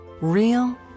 Real